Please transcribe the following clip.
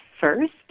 first